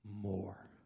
more